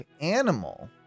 animal